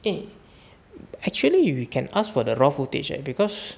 eh actually we can ask for the raw footage eh because